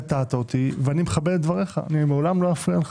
קטעת אותי ואני מכבד את דבריך, לעולם לא אפריע לך.